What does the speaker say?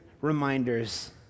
reminders